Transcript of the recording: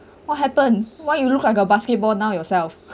what happened why you look like a basketball now yourself